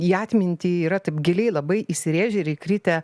į atmintį yra taip giliai labai įsirėžę ir įkritę